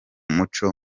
muco